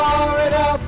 Florida